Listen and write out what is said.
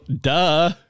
duh